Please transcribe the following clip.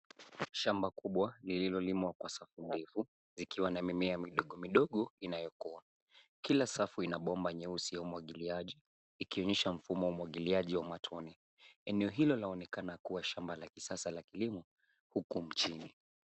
Shamba kubwa lililolimwa kwa safu ndefu, zikiwa na mimea midogo midogo inayokuwa. Kila safu ina bomba nyeusi ya umwagiliaji ikionyesha mfumo wa umwagiliaji wa matone. Eneo hilo laonekana kuwa shamba la kisasa la kilimo huku mjini.